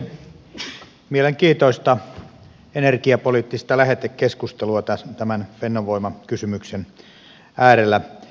mielenkiintoista energiapoliittista lähetekeskustelua tämän fennovoima kysymyksen äärellä